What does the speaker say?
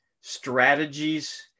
strategies